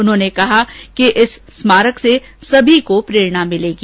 उन्होंने कहा कि इस स्मारक से सभी को प्रेरणा मिलेगी